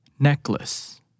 Necklace